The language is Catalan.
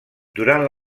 durant